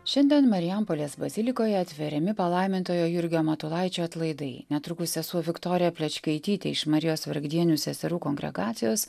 šiandien marijampolės bazilikoje atveriami palaimintojo jurgio matulaičio atlaidai netrukus sesuo viktorija plečkaitytė iš marijos vargdienių seserų kongregacijos